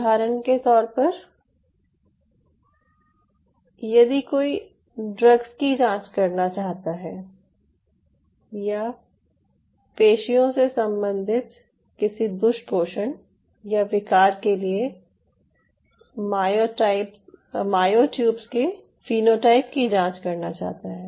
उदाहरण के तौर पर यदि कोई ड्रग्स की जांच करना चाहता है या पेशियों से संबंधित किसी दुष्पोषण या विकार के लिए मायोट्यूब्स के फीनोटाइप की जांच करना चाहता है